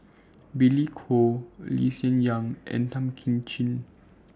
Billy Koh Lee Hsien Yang and Tan Kim Ching